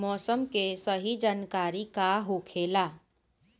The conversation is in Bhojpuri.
मौसम के सही जानकारी का होखेला?